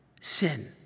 sin